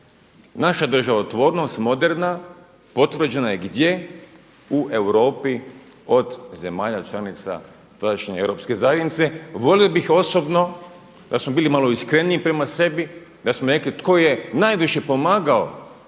naša državotvornost moderna, potvrđena je gdje? U Europi od zemalja članica tadašnje Europske zajednice. Volio bih osobno da smo bili malo iskreniji prema sebi, da smo rekli tko je najviše pomagao